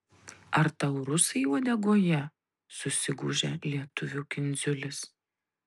ar tau rusai uodegoje susigūžia lietuvių kindziulis